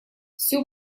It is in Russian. все